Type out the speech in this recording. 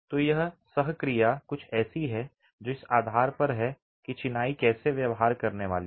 तो यह सह क्रिया कुछ ऐसी है जो इस आधार पर है कि चिनाई कैसे व्यवहार करने वाली है